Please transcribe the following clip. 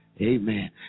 Amen